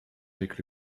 avec